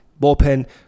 bullpen